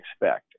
expect